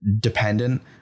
dependent